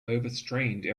overstrained